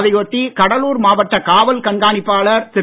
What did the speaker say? அதனையொட்டி கடலூர் மாவட்ட காவல் கண்காணிப்பாளர் திரு